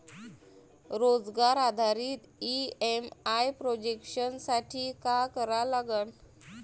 रोजगार आधारित EMI projection साठी का करा लागन?